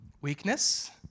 weakness